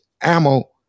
ammo